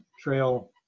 Trail